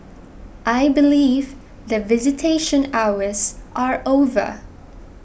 I believe that visitation hours are over